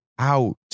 out